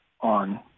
on